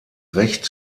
recht